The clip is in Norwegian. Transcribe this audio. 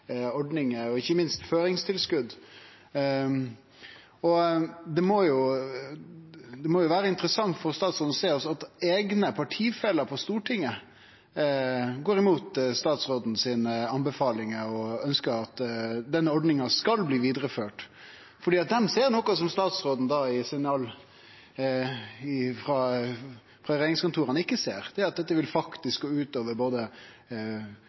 ordningar, ikkje minst føringstilskotet. Det må vere interessant for statsråden å sjå at hans eigne partifellar på Stortinget går imot anbefalingane hans og ønskjer at denne ordninga skal bli vidareført. Dei ser noko som statsråden ikkje ser frå regjeringskontora, at dette faktisk vil gå ut over både kystfiskeri og industri, mindre fangst på land, osv. Korleis opplever statsråden å